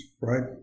Right